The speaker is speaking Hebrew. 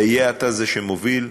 היה אתה זה שמוביל.